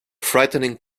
frightening